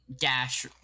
Dash